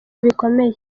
bikomeye